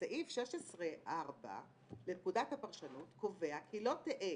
סעיף 16(4) בפקודת הפרשנות קובע כי "לא תהא